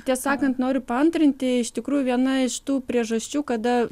tiesą sakant noriu paantrinti iš tikrųjų viena iš tų priežasčių kada